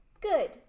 Good